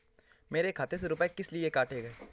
मेरे खाते से रुपय किस लिए काटे गए हैं?